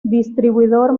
distribuidor